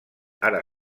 ara